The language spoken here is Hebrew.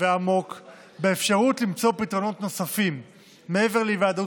ועמוק באפשרות למצוא פתרונות נוספים מעבר להיוועדות